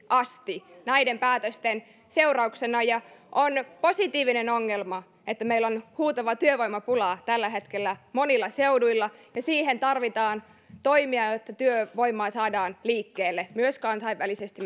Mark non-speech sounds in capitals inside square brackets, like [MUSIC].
asti näiden päätösten seurauksena ja on positiivinen ongelma että meillä on huutava työvoimapula tällä hetkellä monilla seuduilla siihen tarvitaan toimia jotta työvoimaa saadaan liikkeelle myös kansainvälisesti [UNINTELLIGIBLE]